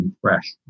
fresh